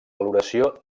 valoració